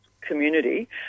community